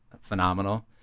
phenomenal